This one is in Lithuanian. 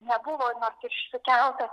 nebuvo nors išsikeltas